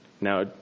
now